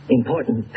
important